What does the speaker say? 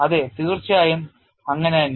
അതെ തീർച്ചയായും അങ്ങനെ തന്നെ